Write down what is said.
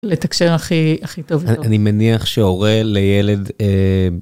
לתקשר הכי... הכי טוב. אני מניח שהורה לילד...